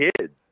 kids